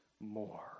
more